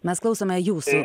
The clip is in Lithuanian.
mes klausome jūsų